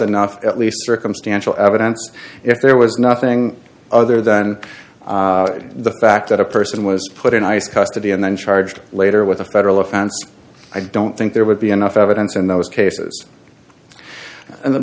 enough at least circumstantial evidence if there was nothing other than the fact that a person was put in ice custody and then charged later with a federal offense i don't think there would be enough evidence in those cases and the